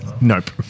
Nope